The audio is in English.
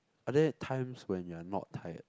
are there times when you are not tired